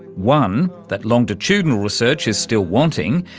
one, that longitudinal research is still wanting.